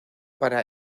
para